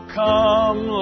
come